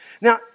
Now